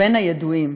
בין הידועים